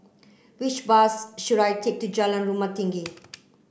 which bus should I take to Jalan Rumah Tinggi